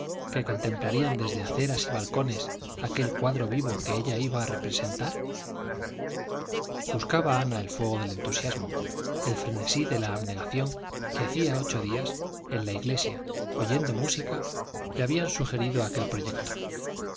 que contemplarían desde aceras y balcones aquel cuadro vivo que ella iba a representar buscaba ana el fuego del entusiasmo el frenesí de la abnegación que hacía ocho días en la iglesia oyendo música le habían sugerido aquel proyecto